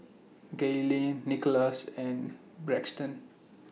Gaylene Nikolas and Braxton